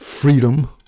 freedom